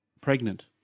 Pregnant